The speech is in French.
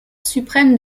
suprême